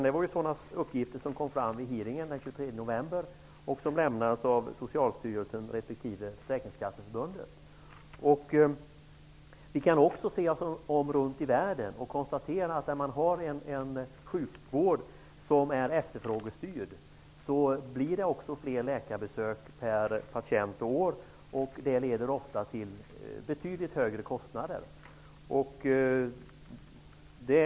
Det var uppgifter som lämnades av Om vi ser oss runt i världen kan vi konstatera att där man har en sjukvård som är efterfrågestyrd blir det också fler läkarbesök per patient och år. Det leder ofta till betydligt högre kostnader.